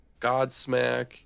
Godsmack